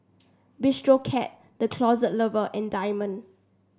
Bistro Cat The Closet Lover and Diamond